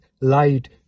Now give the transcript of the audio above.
light